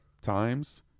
times